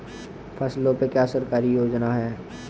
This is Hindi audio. फसलों पे क्या सरकारी योजना है?